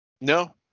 No